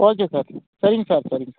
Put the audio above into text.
okay sir சரிங்க sir சரிங்க sir